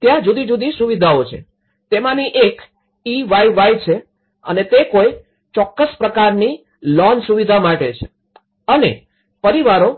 ત્યાં જુદી જુદી સુવિધાઓ છે તેમાંની એક ઈવાયવાય છે અને તે કોઈ ચોક્કસ પ્રકારની લોન સુવિધા માટે છે અને પરિવારો